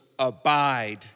abide